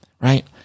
right